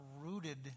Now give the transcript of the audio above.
rooted